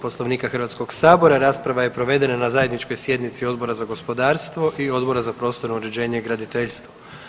Poslovnika Hrvatskog sabora rasprava je provedena na zajedničkoj sjednici Odbora za gospodarstvo i Odbora za prostorno uređenje i graditeljstvo.